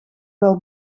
wel